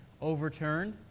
overturned